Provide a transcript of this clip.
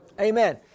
Amen